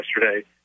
yesterday